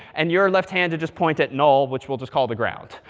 and your left hand to just point at null, which we'll just call the ground.